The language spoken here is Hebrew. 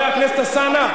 חבר הכנסת אלסאנע.